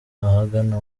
ahagana